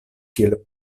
kiel